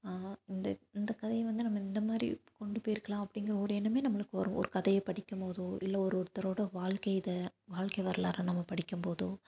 இந்த இந்த கதையை வந்து நம்ம இந்த மாதிரி கொண்டு போயிருக்கலாம் அப்படிங்கிற ஒரு எண்ணமே நம்மளுக்கு வரும் ஒரு கதையை படிக்குபோதோ இல்லை ஒரு ஒருத்தரோடய வாழ்க்கை இதை வாழ்க்கை வரலாறை நம்ம படிக்கும் போதோ